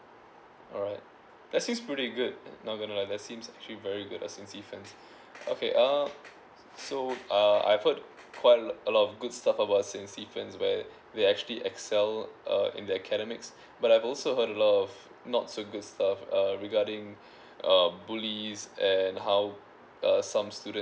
alright that seems pretty good not going to lie that seems actually very good at saint stephen's okay uh so uh I've heard quite a a lot of good stuff about saint stephen's where they actually excel uh in the academics but I also heard a lot of not so good stuff uh regarding uh bullies and how uh some students